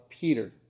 Peter